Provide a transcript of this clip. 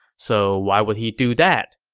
so why would he do that?